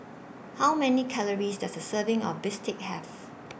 How Many Calories Does A Serving of Bistake Have